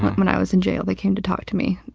when i was in jail, they came to talk to me.